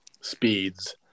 speeds